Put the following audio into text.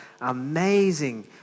amazing